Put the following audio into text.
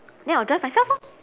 then I'll drive myself lor